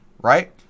right